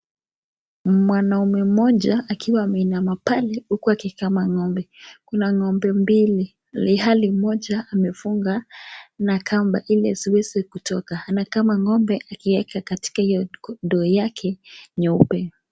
Mwanaume mmoja akiwa ameinama pale huku akikama ng'ombe. Kuna ngombe mbili ilhali moja amefungwa na kamba isiweze kutoka. Anakama ng'ombe akiweka katika hiyo ndoo yake nyeupe.